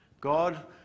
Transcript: God